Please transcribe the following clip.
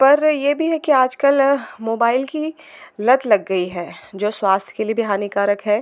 पर यह भी है कि आजकल मोबाइल की लत लग गई है जो स्वास्थ्य के लिए भी हानिकारक है